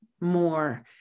more